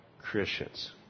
Christians